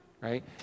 Right